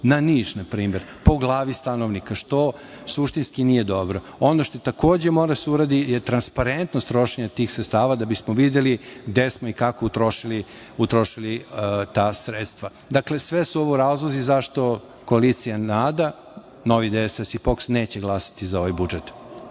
na Niš na primer po glavi stanovnika, što suštinski nije dobro. Ono što takođe mora da se uradi je transparentnost trošenja tih sredstava da bismo videli gde smo i kako utrošili ta sredstva. Dakle, sve su ovo razlozi zašto koalicija NADA, Novi DSS i POKS neće glasati za ovaj budžet.